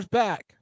back